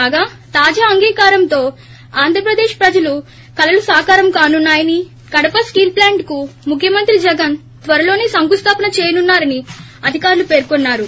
కాగా తాజా అంగీకారంతో ఆంధ్రప్రదేశ్ ప్రజలు కళ సాకారం కానున్నాయని కడప స్టీల్ ప్లాంట్కు ముఖ్యమంత్రి జగన్ త్వరలోనే శంకుస్లాపన చేయనున్నా రని అధికారులు పేర్కొన్నారు